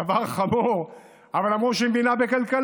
דבר חמור, אבל אמרו שהיא מבינה בכלכלה,